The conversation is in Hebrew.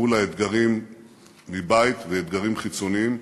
מול האתגרים מבית ואתגרים חיצוניים,